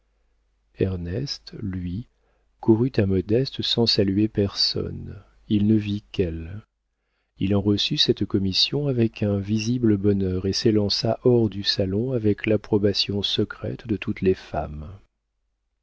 ernest lui courut à modeste sans saluer personne il ne vit qu'elle il reçut cette commission avec un visible bonheur et s'élança hors du salon avec l'approbation secrète de toutes les femmes